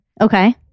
okay